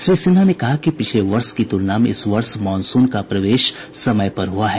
श्री सिन्हा ने कहा कि पिछले वर्ष की तुलना में इस वर्ष मॉनसून का प्रवेश समय पर हुआ है